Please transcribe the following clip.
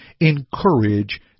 encourage